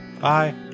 Bye